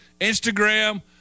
Instagram